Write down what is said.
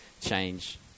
change